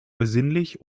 besinnlich